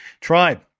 tribe